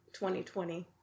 2020